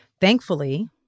Thankfully